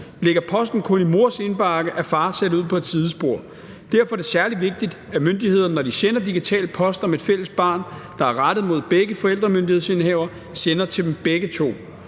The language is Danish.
Ligger posten kun i mors indbakke, er far sat ud på et sidespor. Derfor er det særlig vigtigt, at myndighederne, når de sender digital post om et fælles barn, der er rettet mod begge forældremyndighedsindehavere, sender det til dem begge to,